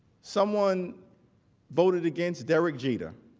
someone voted against derek jeter.